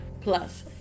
Plus